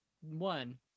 one